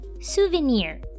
souvenir